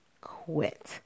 quit